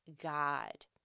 God